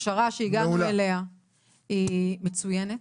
שהפשרה שהגענו אליה היא מצוינת.